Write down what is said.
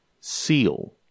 seal